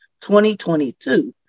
2022